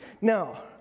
Now